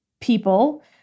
people